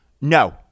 no